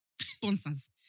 sponsors